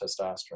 testosterone